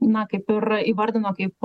na kaip ir įvardino kaip